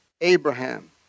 Abraham